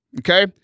okay